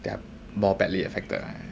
that more badly affected right~